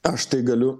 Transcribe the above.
aš tai galiu